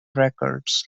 records